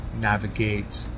navigate